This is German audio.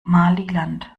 somaliland